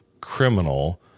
criminal